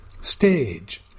Stage